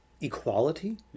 equality